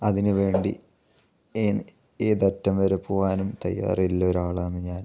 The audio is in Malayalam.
അതിന് വേണ്ടി ഏ ഏതറ്റം വരെ പോകാനും തയ്യാറുള്ള ഒരാളാണ് ഞാൻ